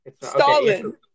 Stalin